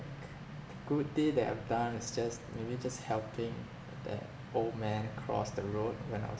good deed that I've done is just maybe just helping that old man cross the road when I was